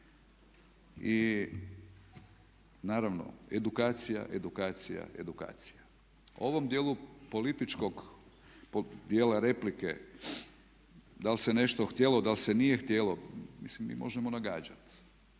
I naravno, edukacija, edukacija, edukacija. U ovom dijelu političkog dijela replike da li se nešto htjelo, da li se nije htjelo mislim mi možemo nagađati,